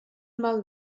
mal